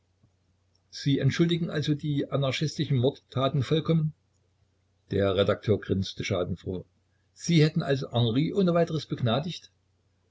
sie entschuldigen also die anarchistischen mordtaten vollkommen der redakteur grinste schadenfroh sie hätten also henry ohne weiteres begnadigt